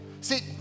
See